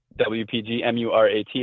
WPGMURAT